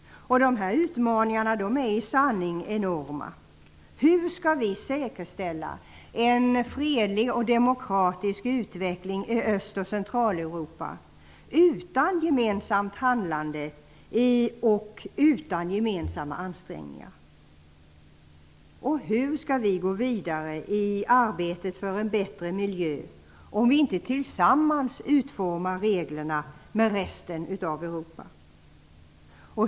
De här utmaningarna är i sanning enorma. Hur skall vi säkerställa en fredlig och demokratisk utveckling i Öst och Centraleuropa, utan gemensamt handlande och utan gemensamma ansträngningar? Hur skall vi gå vidare i arbetet för en bättre miljö, om vi inte tillsammans utformar reglerna med resten av Europa?